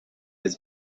his